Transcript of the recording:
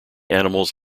animals